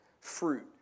fruit